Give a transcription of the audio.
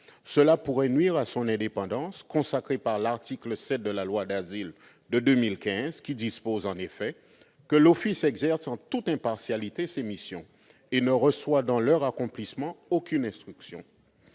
Cela pourrait nuire à son indépendance, consacrée par l'article 7 de la loi sur l'asile de 2015, qui dispose en effet que l'Office « exerce en toute impartialité » ses missions « et ne reçoit, dans leur accomplissement, aucune instruction